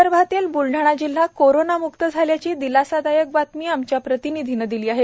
विदर्भातील ब्लढाणा जिल्हा कोरोना म्क्त झाल्याची दिलसदायक बातमी आमच्या प्रत्निंनिधीने दिली आहे